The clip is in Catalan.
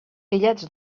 fillets